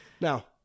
Now